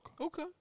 Okay